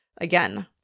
Again